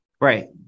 Right